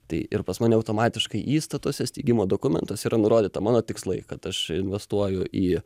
tai ir pas mane automatiškai įstatuose steigimo dokumentuose yra nurodyta mano tikslai kad aš investuoju į